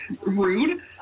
rude